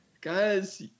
guys